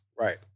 Right